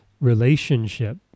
relationship